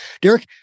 Derek